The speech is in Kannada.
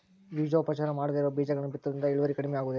ಬೇಜೋಪಚಾರ ಮಾಡದೇ ಇರೋ ಬೇಜಗಳನ್ನು ಬಿತ್ತುವುದರಿಂದ ಇಳುವರಿ ಕಡಿಮೆ ಆಗುವುದೇ?